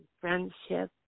friendship